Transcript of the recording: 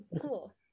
cool